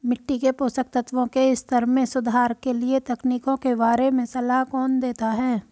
मिट्टी के पोषक तत्वों के स्तर में सुधार के लिए तकनीकों के बारे में सलाह कौन देता है?